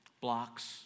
blocks